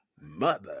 mother